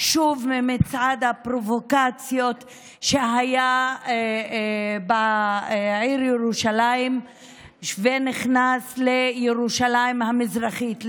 שוב בגלל מצעד הפרובוקציות שהיה בעיר ירושלים ונכנס לירושלים המזרחית,